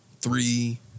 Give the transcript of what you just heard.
three